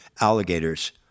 alligators